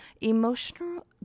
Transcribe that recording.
emotional